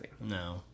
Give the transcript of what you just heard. No